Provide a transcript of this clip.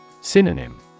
Synonym